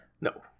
No